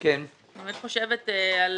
אני חושבת על